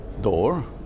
door